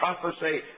prophecy